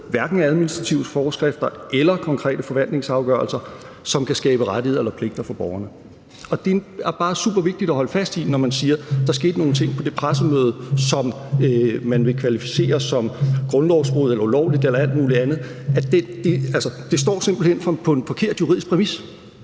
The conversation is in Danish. hverken er administrative forskrifter eller konkrete forvaltningsafgørelser, som kan skabe rettigheder eller pligter for borgerne. Det er bare super vigtigt at holde fast i, at når man siger, at der skete nogle ting på det pressemøde, som man vil kvalificere som grundlovsbrud eller ulovligt eller alt muligt andet, står det simpelt hen på en forkert juridisk præmis.